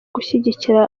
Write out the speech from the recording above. gushyigikira